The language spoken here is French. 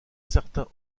certain